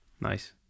Nice